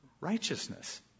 righteousness